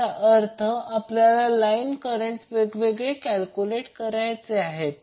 त्याचा अर्थ आपल्याला लाईन करंट वेगळे कॅल्क्युलेट करायचे आहेत